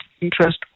interest